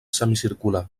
semicircular